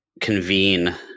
convene